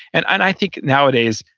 and and i think nowadays,